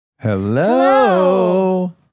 Hello